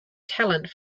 talent